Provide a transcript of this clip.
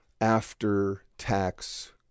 after-tax